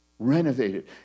Renovated